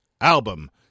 album